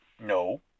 No